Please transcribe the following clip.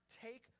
take